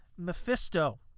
Mephisto